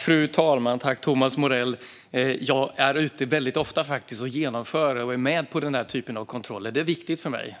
Fru talman! Tack, Thomas Morell! Jag är väldigt ofta ute och är med på den typen av kontroller - det är viktigt för mig.